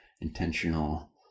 intentional